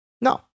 No